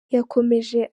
yakomeje